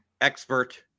expert